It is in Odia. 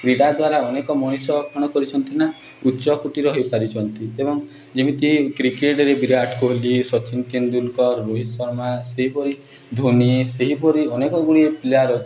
କ୍ରୀଡ଼ା ଦ୍ୱାରା ଅନେକ ମଣିଷପଣ କରିଛନ୍ତି ନା ଉଚ୍ଚକୁଟୀର ହୋଇପାରିଛନ୍ତି ଏବଂ ଯେମିତି କ୍ରିକେଟ୍ରେ ବିରାଟ୍ କୋହଲି ସଚିନ୍ ତେନ୍ଦୁଲକର ରୋହିତ୍ ଶର୍ମା ସେହିପରିଧୋନି ସେହିପରି ଅନେକଗୁଡ଼ିଏ ପ୍ଲେୟାର୍